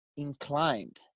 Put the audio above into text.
inclined